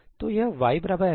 तो यह 'y f 'है